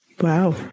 Wow